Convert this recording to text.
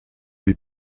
lui